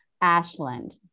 Ashland